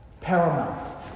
paramount